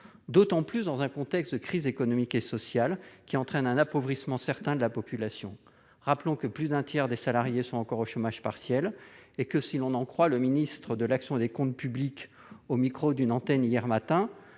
d'autant que le contexte de crise économique et sociale entraîne un appauvrissement certain de la population ? Rappelons que plus d'un tiers des salariés sont encore au chômage partiel et que, si l'on en croit le ministre de l'action et des comptes publics au micro d'une antenne hier matin,